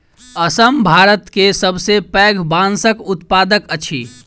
असम भारत के सबसे पैघ बांसक उत्पादक अछि